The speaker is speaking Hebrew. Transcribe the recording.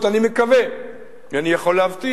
אני מקווה, אינני יכול להבטיח,